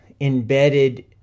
embedded